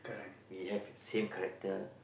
we have same character